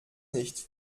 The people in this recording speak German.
nicht